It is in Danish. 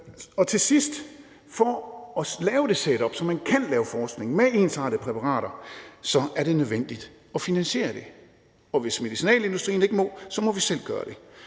vil jeg sige: For at lave det setup, så man kan lave forskning med ensartede præparater, er det nødvendigt at finansiere det. Og hvis medicinalindustrien ikke må, må vi selv gøre det.